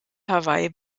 hawaii